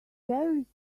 terrorist